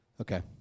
Okay